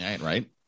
right